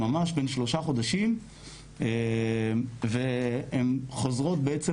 ממש בן שלושה חודשים והן חוזרות בעצם